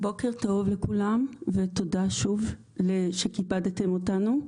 בוקר טוב לכולם ותודה שוב שכיבדתם אותנו.